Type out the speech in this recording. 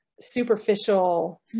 superficial